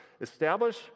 establish